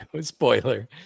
spoiler